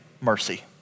mercy